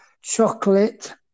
chocolate